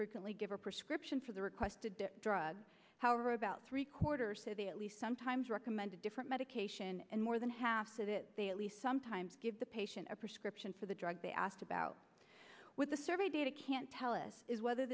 frequently give a prescription for the requested drugs however about three quarters say they at least sometimes recommend a different medication and more than half of it they at least sometimes give the patient a prescription for the drug they asked about with the survey data can't tell us is whether